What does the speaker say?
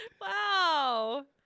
Wow